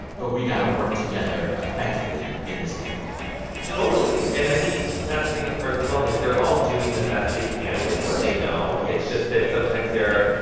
but we got to work together effectively in this vehicle totally. and i think that's the thing with parts as well is like, they're all doing the best they can with. what they know. it's just that sometimes they're,